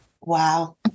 wow